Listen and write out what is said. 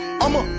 I'ma